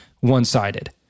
one-sided